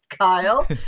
Kyle